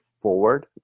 forward